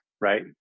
Right